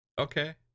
Okay